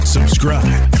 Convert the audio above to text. Subscribe